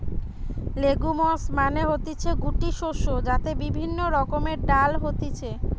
legumes মানে হতিছে গুটি শস্য যাতে বিভিন্ন রকমের ডাল হতিছে